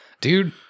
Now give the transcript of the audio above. Dude